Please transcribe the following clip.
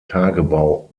tagebau